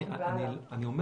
אני אומר